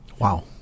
Wow